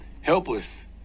helpless